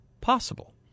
possible